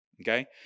Okay